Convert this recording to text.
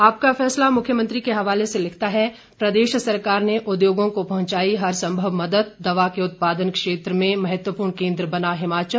आपका फैसला मुख्यमंत्री के हवाले से लिखता है प्रदेश सरकार ने उद्योगों को पहुंचाई हर संभव मदद दवा के उत्पादन के क्षेत्र में महत्वपूर्ण केंद्र बना हिमाचल